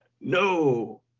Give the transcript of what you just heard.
no